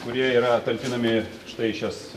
kurie yra talpinami štai į šias